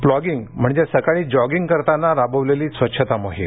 plogging म्हणजे सकाळी जॉगिग करताना राबवलेली स्वच्छता मोहीम